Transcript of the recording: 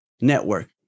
Network